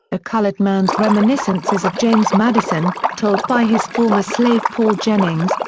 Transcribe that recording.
a colored man's reminiscences of james madison, told by his former slave paul jennings,